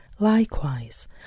Likewise